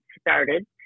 started